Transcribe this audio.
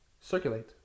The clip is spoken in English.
circulate